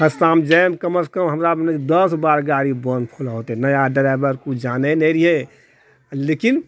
रास्तामे जाइमे कमसँ कम हमरा दश बार गाड़ी बंद होलऽ हेतए नया ड्राइवर किछु जानए नहि रहिऐ लेकिन